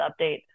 update